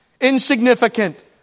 insignificant